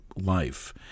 life